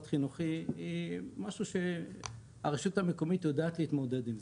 החינוכי הוא משהו שהרשות המקומית יודעת להתמודד איתו,